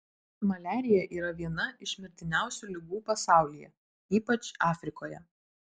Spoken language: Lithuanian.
maliarija yra viena iš mirtiniausių ligų pasaulyje ypač afrikoje